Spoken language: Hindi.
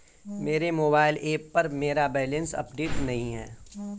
मेरे मोबाइल ऐप पर मेरा बैलेंस अपडेट नहीं है